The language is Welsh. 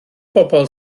bobl